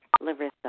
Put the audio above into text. Larissa